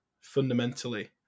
fundamentally